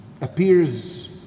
appears